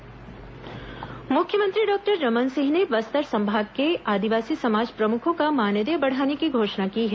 मांझी चालकी मानदेय मुख्यमंत्री डॉक्टर रमन सिंह ने बस्तर संभाग के आदिवासी समाज प्रमुखों का मानदेय बढ़ाने की घोषणा की है